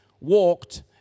walked